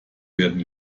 werden